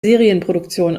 serienproduktion